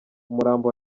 umurambo